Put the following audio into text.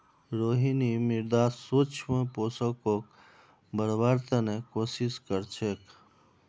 रोहिणी मृदात सूक्ष्म पोषकक बढ़व्वार त न कोशिश क र छेक